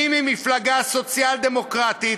אני ממפלגה סוציאל-דמוקרטית,